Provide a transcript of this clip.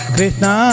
Krishna